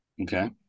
Okay